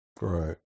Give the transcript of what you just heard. Right